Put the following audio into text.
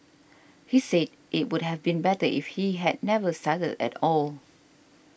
he said it would have been better if he had never started at all